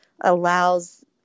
allows